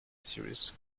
series